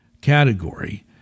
category